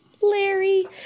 Larry